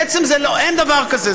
בעצם זה, אין דבר כזה.